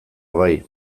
bai